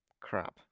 crap